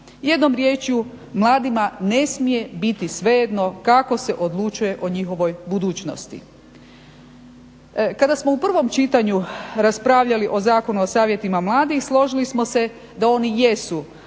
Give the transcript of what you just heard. Jednom riječju mladima ne smije biti svejedno kako se odlučuje o njihovoj budućnosti. Kada smo u prvom čitanju raspravljali o Zakonu o savjetima mladih složili smo se da oni jesu